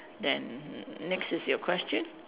then next is your question